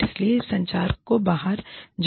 और इसलिए इस संचार को बाहर जाना चाहिए